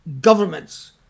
governments